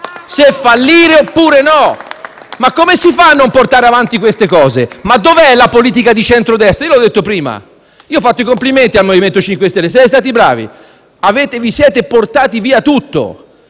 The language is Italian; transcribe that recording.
dal Gruppo FI-BP)*. Ma come si fa a non portare avanti queste cose? Dove è la politica di centrodestra? L'ho detto prima. Ho fatto i complimenti al MoVimento 5 Stelle: «siete stati bravi, vi siete portati via tutto».